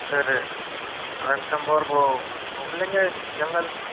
फिर रणथंभौर वह घूम लेंगे जंगल